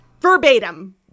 Verbatim